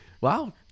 Wow